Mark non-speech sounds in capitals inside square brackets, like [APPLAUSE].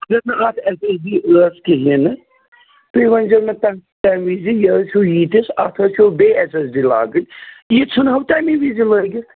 [UNINTELLIGIBLE] کِہیٖنٛۍ نہٕ تُہۍ ؤنۍزِہو مےٚ تَمہِ وِزِ یہِ حظ چھُو ییٖتِس اَتھ حظ چھُو بیٚیہ ایٚس ایٚس ڈی لاگٕنۍ یہِ ژھُنہو تَمی وِزِ لٲگِتھ